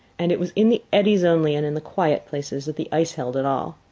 and it was in the eddies only and in the quiet places that the ice held at all.